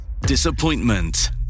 disappointment